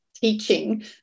teaching